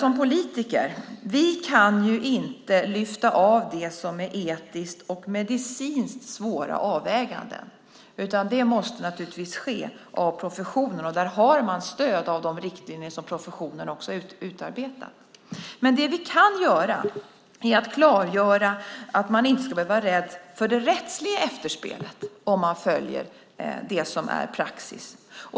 Som politiker kan vi inte lyfta av det som är etiskt och medicinskt svåra avväganden. Det måste naturligtvis göras av professionen, och där har man stöd av de riktlinjer som professionen utarbetar. Men det vi kan göra är att klargöra att man inte ska behöva vara rädd för det rättsliga efterspelet om man följer det som är praxis.